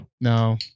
No